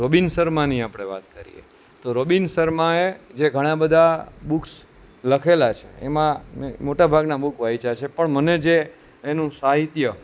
Robin શર્માની આપણે વાત કરીએ તો રોબિન શર્માએ જે ઘણા બધા બુક્સ લખેલા છે એમાં મેં મોટા ભાગના બુક વાંચ્યા છે પણ મને જે એનું સાહિત્ય